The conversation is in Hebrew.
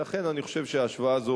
ולכן אני חושב שההשוואה הזאת